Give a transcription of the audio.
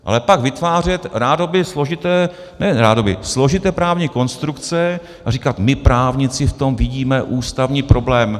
Ale pak vytvářet rádoby složité, nejen rádoby, složité právní konstrukce a říkat: My, právníci, v tom vidíme ústavní problém...